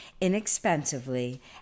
inexpensively